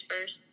first